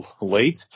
late